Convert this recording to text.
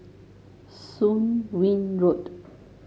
Soon Wing Road